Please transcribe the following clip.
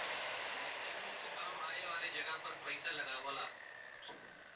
नैतिक रुप से काम आए वाले जगह पर पइसा लगावला